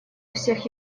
всех